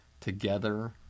Together